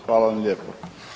Hvala vam lijepo.